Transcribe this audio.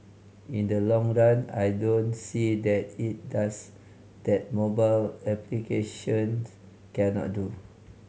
in the long run I don't see what it does that mobile applications cannot do